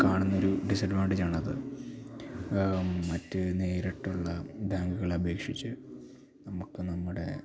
കാണുന്ന ഒരു ഡിസഡ്വാൻറ്റേജ് ആണ് അത് മറ്റ് നേരിട്ടുള്ള ബാങ്കുകളെ അപേക്ഷിച്ചു നമ്മൾക്ക് നമ്മുടെ